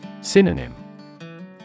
Synonym